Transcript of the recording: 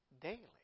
daily